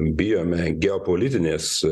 bijome geopolitinės